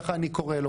ככה אני קורא לו.